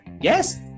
yes